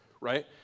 right